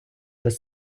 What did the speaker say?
без